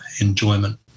enjoyment